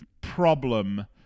problem